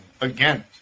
again